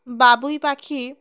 বাবুই পাখি